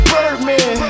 Birdman